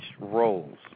roles